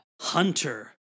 Hunter